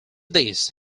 this